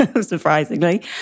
surprisingly